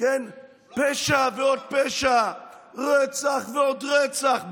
פשע ועוד פשע, רצח ועוד רצח.